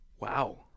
Wow